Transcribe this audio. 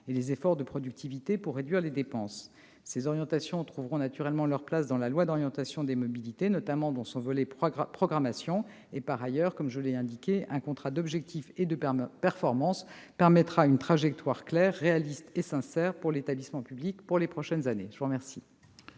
et les efforts de productivité pour réduire les dépenses. Ces orientations trouveront naturellement leur place dans le projet de loi d'orientation sur les mobilités, notamment dans son volet programmation. Par ailleurs, je l'ai indiqué, un contrat d'objectifs et de performance permettra de définir une trajectoire claire, réaliste et sincère pour l'établissement public pour les prochaines années. La parole